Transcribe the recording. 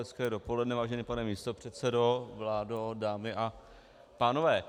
Hezké dopoledne, vážený pane místopředsedo, vládo, dámy a pánové.